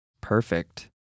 Perfect